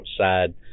outside